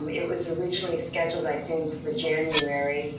um it was originally scheduled, i think, for january.